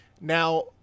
Now